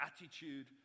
attitude